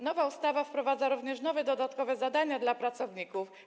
Nowa ustawa wprowadza również nowe, dodatkowe zadania dla pracowników.